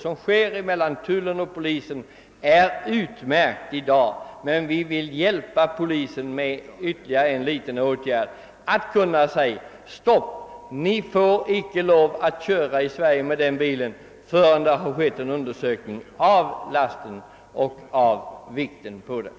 Samarbetet mellan tullen och polisen är utmärkt, men vi vill hjälpa polisen genom att ge tullpersonalen befogenhet att säga: Stopp! Ni får inte lov att köra i Sverige med den bilen förrän en undersökning gjorts av lastvikten etc.